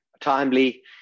timely